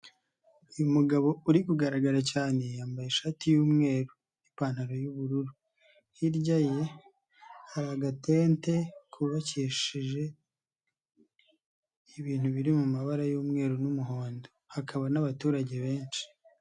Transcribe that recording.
Uyu mugabo uri kugaragara cyane, yambaye ishati y'umweru n'ipantaro y'ubururu, hirya ye hari agatente kubakishijeje, ibintu biri mu mabara y'umweru n'umuhondo, hakaba n'abaturage benshi.